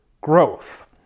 growth